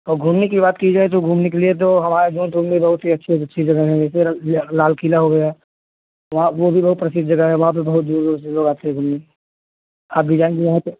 और घूमने की बात की जाए तो घूमने के लिए तो हमारे जौनपुर में बहुत ही अच्छी से अच्छी जगह हैं जैसे लाल क़िला हो गया वहाँ वह भी बहुत प्रसिद्ध जगह है वहाँ पर बहुत दूर दूर से लोग आते हैं घूमने आप भी जाएँगी वहाँ पर